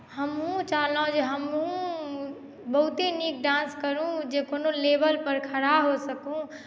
हमहूँ चाहलहुँ जे हमहूँ बहुते नीक डांस करू जे कोनो लेवलपर खड़ा हो सकूँ